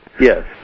Yes